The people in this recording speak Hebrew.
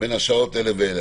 בין השעות אלה ואלה.